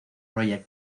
roger